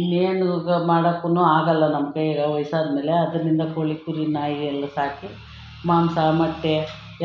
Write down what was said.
ಇನ್ನೇನು ಮಾಡೊಕ್ಕು ಆಗೋಲ್ಲ ನಮ್ಮ ಕೈಯಲ್ಲಿ ವಯಸ್ಸಾದಮೇಲೆ ಅದರಿಂದ ಕೋಳಿ ಕುರಿ ನಾಯಿ ಇವೆಲ್ಲ ಸಾಕಿ ಮಾಂಸ ಮೊಟ್ಟೆ